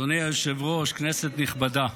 אדוני היושב-ראש, כנסת נכבדה,